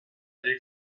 agli